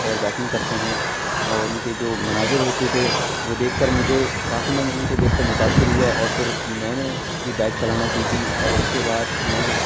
اور بائکنگ کرتے ہیں اور ان کے جو مناظر ہوتے تھے وہ دیکھ کر مجھے کافی میں ان کو دیکھ کر متاثر ہوا اور پھر میں نے بھی بائک چلانا سیکھی اور اس کے بعد میں نے